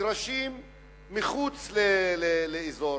מגרשים מחוץ לאזור.